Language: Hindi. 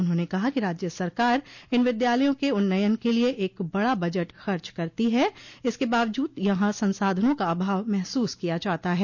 उन्होंने कहा कि राज्य सरकार इन विद्यालया के उन्नयन के लिये एक बड़ा बजट खर्च करती है इसके बावजूद यहां संसाधनों का अभाव महसूस किया जाता है